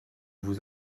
vous